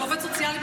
של עובד סוציאלי,